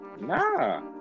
Nah